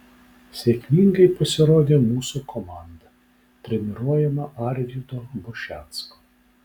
sėkmingai pasirodė mūsų komanda treniruojama arvydo bušecko